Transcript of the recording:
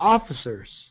Officers